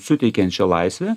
suteikiančią laisvę